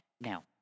Now